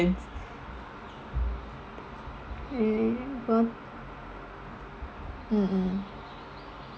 mm mm